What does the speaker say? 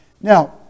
Now